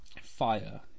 Fire